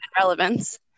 relevance